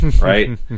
right